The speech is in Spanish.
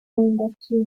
indochina